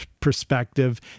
perspective